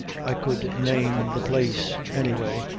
i could name the place, any way,